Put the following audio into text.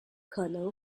可能